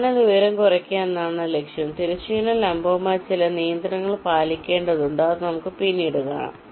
channel ഉയരം കുറയ്ക്കുക എന്നതാണ് ലക്ഷ്യം തിരശ്ചീനവും ലംബവുമായ ചില നിയന്ത്രണങ്ങൾ പാലിക്കേണ്ടതുണ്ടെന്ന് നമുക്ക് പിന്നീട് കാണാം